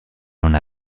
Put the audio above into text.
non